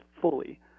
fully